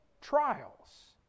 trials